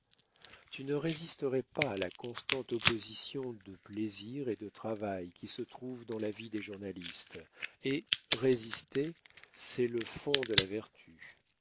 tu ne résisterais pas à la constante opposition de plaisir et de travail qui se trouve dans la vie des journalistes et résister c'est le fond de la vertu